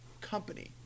company